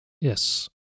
Yes